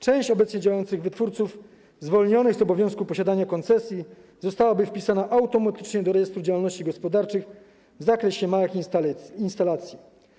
Część obecnie działających wytwórców zwolnionych z obowiązku posiadania koncesji zostałaby wpisana automatycznie do rejestru działalności gospodarczej w zakresie małych instalacji.